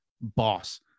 boss